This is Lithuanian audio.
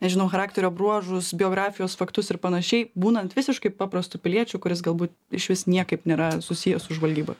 nežinau charakterio bruožus biografijos faktus ir panašiai būnant visiškai paprastu piliečiu kuris galbūt išvis niekaip nėra susijęs su žvalgyba